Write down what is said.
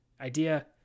idea